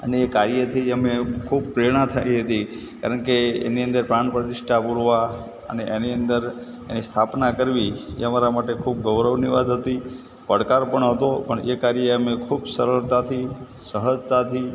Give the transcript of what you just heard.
અને એ કાર્યથી જ અમે ખૂબ પ્રેરણા થઈ હતી કારણ કે એની અંદર પાણપ્રતિષ્ઠા પૂરવા અને એની અંદર એની સ્થાપના કરવી એ અમારા માટે ખૂબ ગૌરવની વાત હતી પડકાર પણ હતો પણ એ કાર્ય અમે ખૂબ સરળતાથી સહજતાથી